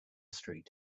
street